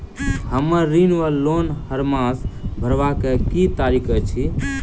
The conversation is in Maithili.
हम्मर ऋण वा लोन हरमास भरवाक की तारीख अछि?